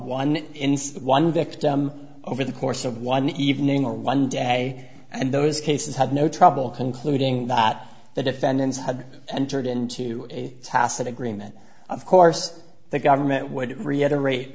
victim over the course of one evening or one day and those cases had no trouble concluding that the defendants had entered into a tacit agreement of course the government would reiterate